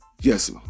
yes